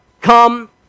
Come